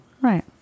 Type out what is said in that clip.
right